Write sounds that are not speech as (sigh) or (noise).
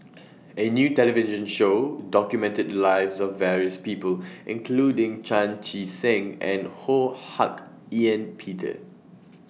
(noise) A New television Show documented The Lives of various People including Chan Chee Seng and Ho Hak Ean Peter